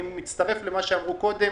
אני מצטרף למה שאמרו קודם.